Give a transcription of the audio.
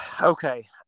okay